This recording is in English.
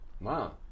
Wow